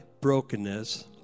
brokenness